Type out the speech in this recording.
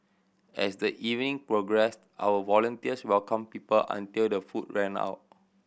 as the evening progressed our volunteers welcomed people until the food ran out